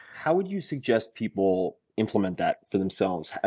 how would you suggest people implement that for themselves? ah